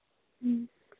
ᱦᱮᱸ